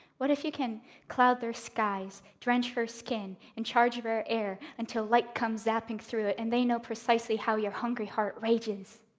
what if you can cloud their skies, drench their skin, and charge their air until light comes zapping through it, and they know precisely how your hungry heart rages?